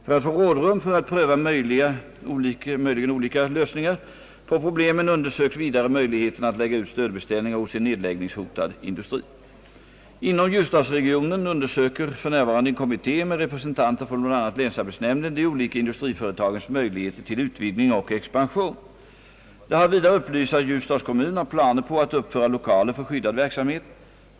För att få rådrum för att pröva olika lösningar på problemen undersöks vidare möjligheterna att lägga ut stödbeställningar hos en nedläggningshotad industri. Inom = ljusdalsregionen undersöker f.n. en kommitté med representanter för bl.a. länsarbetsnämnden de olika industriföretagens möjligheter till utvidgning och expansion. Det har vidare upplysts att Ljusdals kommun har planer på att uppföra lokaler för skyddad verksamhet.